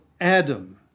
Adam